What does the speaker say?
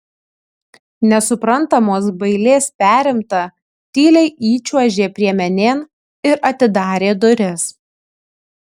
nesuprantamos bailės perimta tyliai įčiuožė priemenėn ir atidarė duris